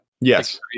Yes